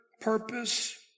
purpose